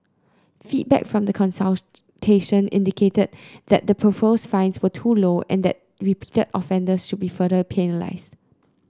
feedback from the consultation indicated that the proposed fines were too low and that repeated offences should be further penalised